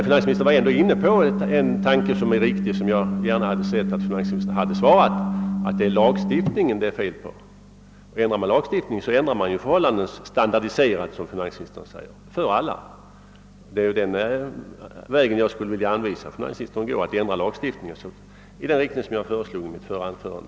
Finansministern var emellertid inne på en tanke som jag anser riktig och som jag gärna hade sett att finansministern hade utvecklat: att det är lagstiftningen som är felaktig. Ändrar man lagstiftningen, så ändrar man ju förhållandena för alla. Det är den vägen jag skulle vilja råda finansministern att gå: Ändra lagstiftningen i den riktning som jag föreslog i mitt förra anförande!